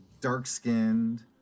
dark-skinned